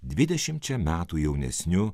dvidešimčia metų jaunesniu